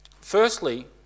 Firstly